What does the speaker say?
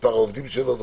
מס' העובדים שלו,